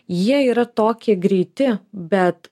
jie yra tokie greiti bet